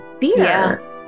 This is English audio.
beer